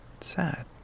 sad